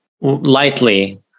lightly